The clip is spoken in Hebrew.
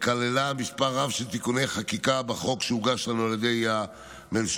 וכללה מספר רב של תיקוני חקיקה בחוק שהוגש לנו על ידי הממשלה,